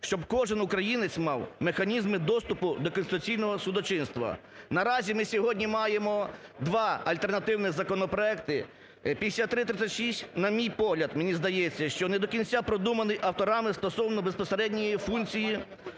щоб кожен українець мав механізми доступу до конституційного судочинства. Наразі ми сьогодні маємо два альтернативних законопроекти. 5336, на мій погляд, мені здається, що не до кінця продуманий авторами стосовно безпосередньої функції